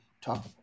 talk